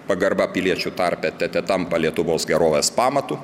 pagarba piliečių tarpe tete tampa lietuvos gerovės pamatu